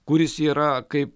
kuris yra kaip